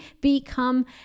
become